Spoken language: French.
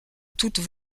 toutes